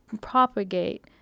propagate